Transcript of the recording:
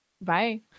Bye